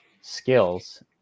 skills